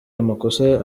amakosa